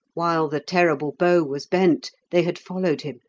while the terrible bow was bent they had followed him,